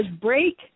break